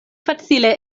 facile